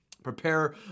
prepare